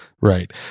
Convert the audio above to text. right